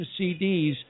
CDs